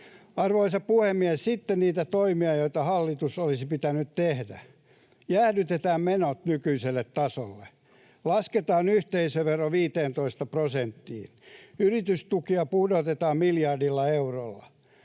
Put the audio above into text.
Arvoisa puhemies! Sitten niitä toimia, joita hallituksen olisi pitänyt tehdä: jäädytetään menot nykyiselle tasolle; lasketaan yhteisövero 15 prosenttiin; yritystukia pudotetaan miljardilla eurolla;